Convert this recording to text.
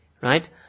Right